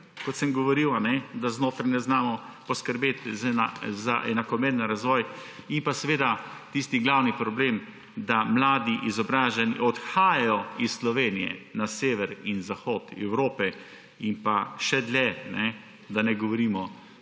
sem govoril – da znotraj ne znamo poskrbeti za enakomeren razvoj. In pa tisti glavni problem je, da mladi izobraženi odhajajo iz Slovenije na sever in zahod Evrope in še dlje, da ne govorimo